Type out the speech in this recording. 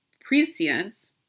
prescience